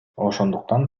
ошондуктан